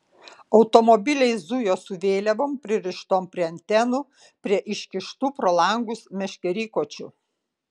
automobiliai zujo su vėliavom pririštom prie antenų prie iškištų pro langus meškerykočių